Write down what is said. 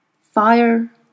Fire